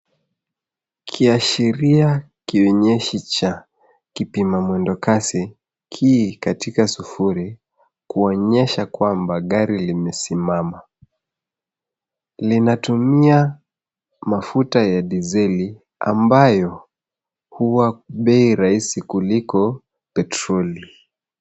Kia ashiria kionyeshi cha kipima mwendo kasi ki katika sufuri kuonyesha kwamba gari limesimama. linatumia mafuta ya dizeli ambayo huwa bei rahisi kuliko petroli.